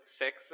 six